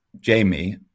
Jamie